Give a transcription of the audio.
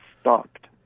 stopped